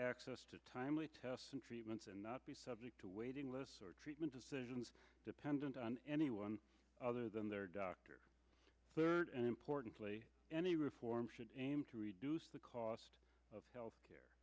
access to timely tests and treatments and not be subject to waiting lists or treatment decisions dependent on anyone other than their doctor third and importantly any reform should aim to reduce the cost of health care